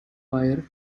wire